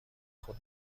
خود